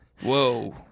Whoa